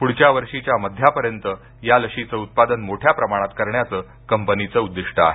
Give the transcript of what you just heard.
पुढच्या वर्षीच्या मध्यापर्यंत या लशीचं उत्पादन मोठ्या प्रमाणात करण्याच कंपनीचं उद्दिष्ट आहे